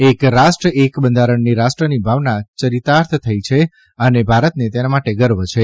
એક રાષ્ટ્ર એક બંધારણની રાષ્ટ્રની ભાવના યરિતાર્થ થઈ છે અને ભારતને તેના માટે ગર્વ છે